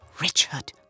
Richard